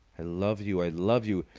i love you! i love you!